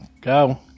Go